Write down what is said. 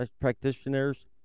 practitioners